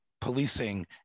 policing